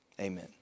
Amen